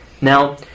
Now